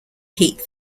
heat